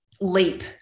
leap